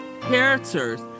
characters